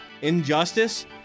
Injustice